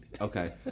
okay